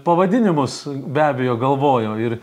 pavadinimus be abejo galvojo ir